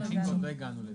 ועוד לא הגענו לזה.